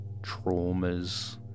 traumas